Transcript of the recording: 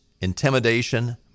intimidation